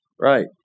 Right